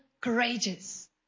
courageous